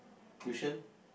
tuition